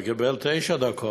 לקבל תשע דקות.